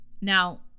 Now